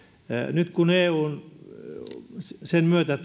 nyt kun sen myötä